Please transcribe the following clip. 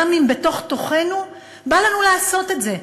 גם אם בתוך-תוכנו בא לנו לעשות את זה,